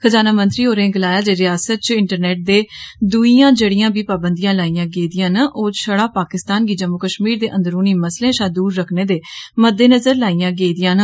खजाना मंत्री होरें गलाया जे रियास्त च इंटरनेट ते दूईयां जेड़ियां बी पाबंदियां लाईयां गेदियां न ओह् छड़ा पाकिस्तान गी जम्मू कश्मीर दे अंदरूनी मसले शां दूर रक्खने दे मद्देनजरे लाईयां गेदियां न